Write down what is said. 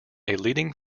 leading